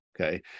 Okay